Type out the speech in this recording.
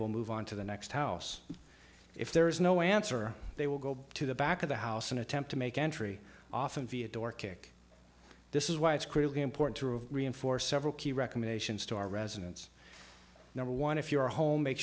will move on to the next house if there is no answer they will go to the back of the house and attempt to make entry often via door kick this is why it's critically important to have reinforced several key recommendations to our residence number one if you're home make